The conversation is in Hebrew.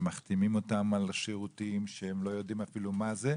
ומחתימים אותם על שירותים שהם לא יודעים אפילו מה זה.